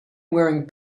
wearing